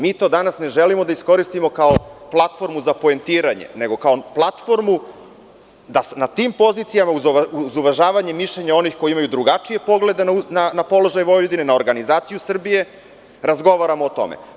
Mi to danas ne želimo da iskoristimo kao platformu za poentiranje, nego kao platformu da se na tim pozicijama, uz uvažavanje mišljenja onih koji imaju drugačije poglede na položaj Vojvodine, na organizaciju Srbije, razgovaramo o tome.